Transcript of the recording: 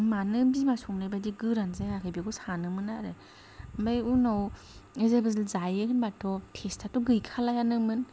मानो बिमा संनायबायदि गोरान जायाखै बेखौ सानोमोन आरो ओमफाय उनाव जेबा जों जायो होमबाथ' टेस्टआथ' गैखालायानोमोन